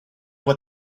what